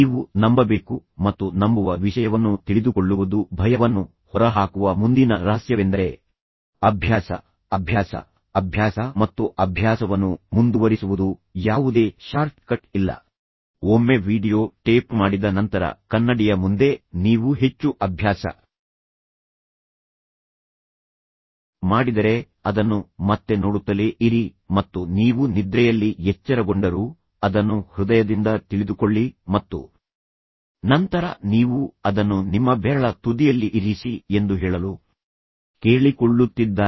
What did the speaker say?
ನೀವು ನಂಬಬೇಕು ಮತ್ತು ನಂಬುವ ವಿಷಯವನ್ನು ತಿಳಿದುಕೊಳ್ಳುವುದು ಭಯವನ್ನು ಹೊರಹಾಕುವ ಮುಂದಿನ ರಹಸ್ಯವೆಂದರೆ ಅಭ್ಯಾಸ ಅಭ್ಯಾಸ ಅಭ್ಯಾಸ ಮತ್ತು ಅಭ್ಯಾಸವನ್ನು ಮುಂದುವರಿಸುವುದು ಯಾವುದೇ ಶಾರ್ಟ್ಕಟ್ ಇಲ್ಲ ಒಮ್ಮೆ ವೀಡಿಯೊ ಟೇಪ್ ಮಾಡಿದ ನಂತರ ಕನ್ನಡಿಯ ಮುಂದೆ ನೀವು ಹೆಚ್ಚು ಅಭ್ಯಾಸ ಮಾಡಿದರೆ ಅದನ್ನು ಮತ್ತೆ ನೋಡುತ್ತಲೇ ಇರಿ ಮತ್ತು ನೀವು ನಿದ್ರೆಯಲ್ಲಿ ಎಚ್ಚರಗೊಂಡರೂ ಅದನ್ನು ಹೃದಯದಿಂದ ತಿಳಿದುಕೊಳ್ಳಿ ಮತ್ತು ನಂತರ ನೀವು ಅದನ್ನು ನಿಮ್ಮ ಬೆರಳ ತುದಿಯಲ್ಲಿ ಇರಿಸಿ ಎಂದು ಹೇಳಲು ಕೇಳಿಕೊಳ್ಳುತ್ತಿದ್ದಾರೆ